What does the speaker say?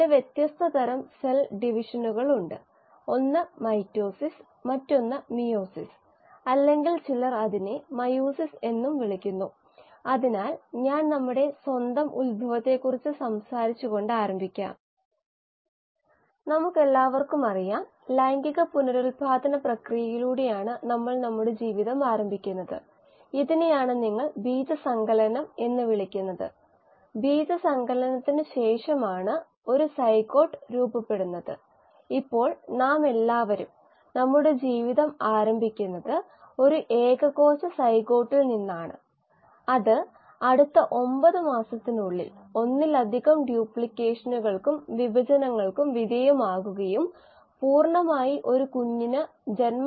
L online certification കോഴ്സായ പ്രഭാഷണം 13 ലേക്ക് സ്വാഗതം